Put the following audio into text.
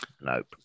Nope